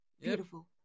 Beautiful